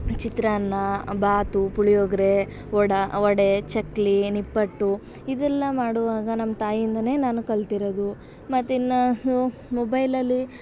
ಚಿತ್ರಾನ್ನ ಬಾತು ಪುಳಿಯೋಗರೆ ವಡೆ ವಡೆ ಚಕ್ಕುಲಿ ನಿಪ್ಪಟ್ಟು ಇದೆಲ್ಲ ಮಾಡುವಾಗ ನಮ್ಮ ತಾಯಿಂದಲೇ ನಾನು ಕಲ್ತಿರೋದು ಮತ್ತು ಇನ್ನೂ ಮೊಬೈಲಲ್ಲಿ